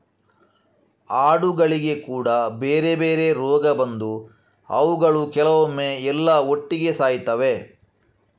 ಆಡುಗಳಿಗೆ ಕೂಡಾ ಬೇರೆ ಬೇರೆ ರೋಗ ಬಂದು ಅವುಗಳು ಕೆಲವೊಮ್ಮೆ ಎಲ್ಲಾ ಒಟ್ಟಿಗೆ ಸಾಯ್ತವೆ